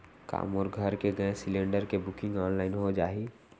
का मोर घर के गैस सिलेंडर के बुकिंग ऑनलाइन हो जाही?